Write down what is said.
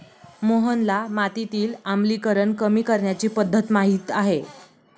मोहनला मातीतील आम्लीकरण कमी करण्याची पध्दत माहित आहे